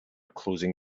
closing